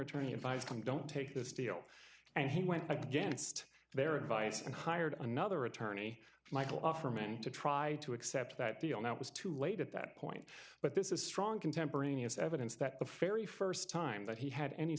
attorney advised them don't take this deal and he went against their advice and hired another attorney michael offerman to try to accept that deal now it was too late at that point but this is strong contemporaneous evidence that the fairy st time that he had any